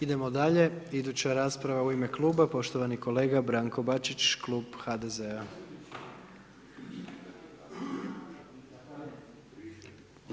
Idemo dalje, iduća rasprava u ime kluba, poštovani kolega Branko Bačić, Klub HDZ-a.